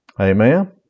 Amen